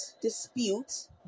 dispute